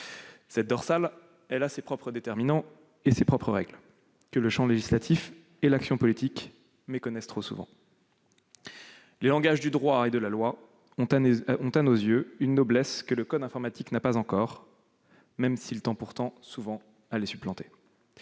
cette dorsale a ses propres déterminants et ses propres règles, que le champ législatif et l'action politique méconnaissent trop souvent. Les langages du droit et de la loi ont, à nos yeux, une noblesse que le code informatique n'a pas encore, même s'il tend souvent à les supplanter.